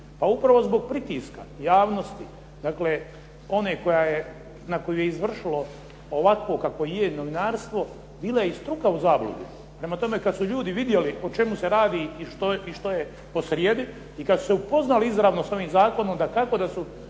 Pa upravo zbog pritiska javnosti, dakle na koju je izvršilo ovakvo kakvo je novinarstvo, bila je i struka u zabludi. Prema tome, kad su ljudi vidjeli o čemu se radi i što je posrijedi i kad su se upoznali izravno s ovim zakonom dakako da su